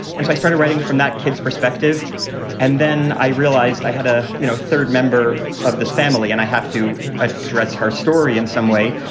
and so i started writing from that kid's perspective and then i realized i had a you know third member of this family. and i have to address her story in some way.